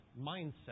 mindset